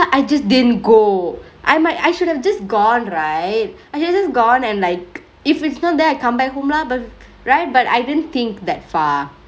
I just didn't go I'm like I should have just gone right I should have just gone and like if it's not then I come back home lah but right but I didn't think that far